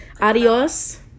adios